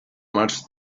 much